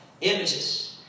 images